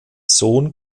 sohn